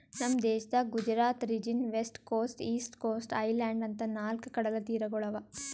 ನಮ್ ದೇಶದಾಗ್ Gujarat region, west coast, east coast, island ಅಂತಾ ನಾಲ್ಕ್ ಕಡಲತೀರಗೊಳ್ ಅವಾ